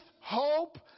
hope